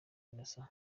innocent